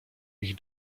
ich